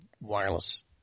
wireless